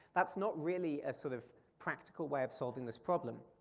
that's not really a sort of practical way of solving this problem.